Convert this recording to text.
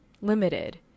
limited